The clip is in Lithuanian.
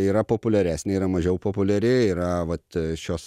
yra populiaresnė yra mažiau populiari yra vat šios